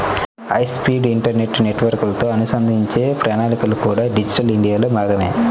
high speed internet నెట్వర్క్లతో అనుసంధానించే ప్రణాళికలు కూడా డిజిటల్ ఇండియాలో భాగమే